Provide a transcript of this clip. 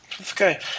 Okay